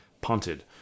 punted